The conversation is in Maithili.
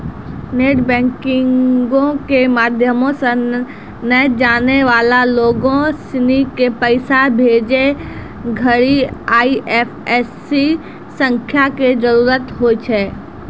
नेट बैंकिंगो के माध्यमो से नै जानै बाला लोगो सिनी के पैसा भेजै घड़ि आई.एफ.एस.सी संख्या के जरूरत होय छै